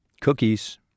Cookies